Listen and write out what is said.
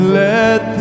let